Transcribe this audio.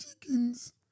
chickens